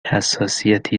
حساسیتی